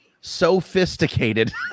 Sophisticated